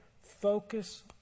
focus